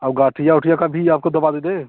औ गठिया ओठिया का भी आपको दवा दे दें